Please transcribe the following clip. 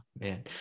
man